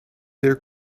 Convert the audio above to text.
their